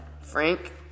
Frank